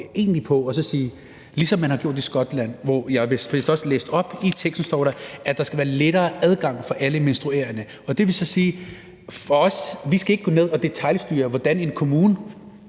egentlig på det, som man har gjort i Skotland, og jeg læste også op fra teksten, hvor der står, at der skal være lettere adgang for alle menstruerende. Det vil så sige, at vi ikke skal gå ned og detailstyre, hvordan en kommune